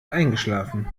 eingeschlafen